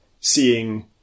seeing